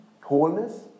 Wholeness